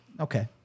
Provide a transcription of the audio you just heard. Okay